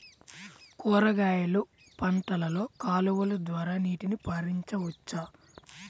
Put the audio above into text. కూరగాయలు పంటలలో కాలువలు ద్వారా నీటిని పరించవచ్చా?